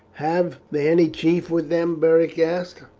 have they any chief with them? beric asked.